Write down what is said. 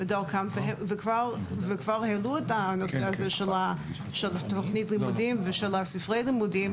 כבר העלו את הנושא הזה של תוכנית הלימודים ושל ספרי הלימודים.